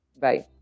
Bye